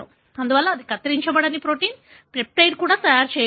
అందువల్ల అవి కత్తిరించబడని ప్రోటీన్ పెప్టైడ్ కూడా తయారు చేయబడలేదు